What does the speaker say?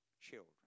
children